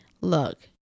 look